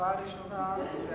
הצבעה ראשונה זו